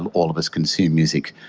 um all of us, consume music.